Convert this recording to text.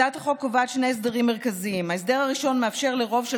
הצעת החוק קובעת שני הסדרים מרכזיים: ההסדר הראשון מאפשר לרוב של